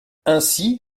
ainsi